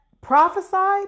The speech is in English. prophesied